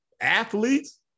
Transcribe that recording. athletes